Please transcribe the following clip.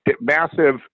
massive